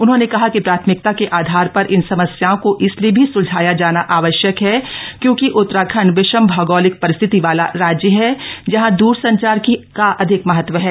उन्होंने कहा कि प्राथमिकता के आधार प्र इन समस्याओं को इसलिए भी सुलझाया जाना आवश्यक है क्योंकि उत्तराखंड विषम भौगोलिक रिस्थिति वाला राज्य है जहां द्रसंचार की अधिक महत्व है